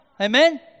Amen